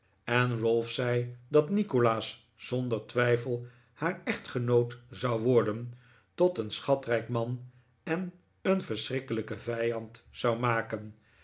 en ralph zei dat nikolaas zonder twijfel haar echtgenoot zou worden tot een schatrijk man en een verschrikkelijken vijand zou maken